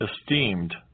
esteemed